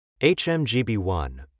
HMGB1